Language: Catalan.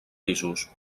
pisos